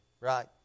right